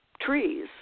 trees